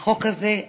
החוק הזה,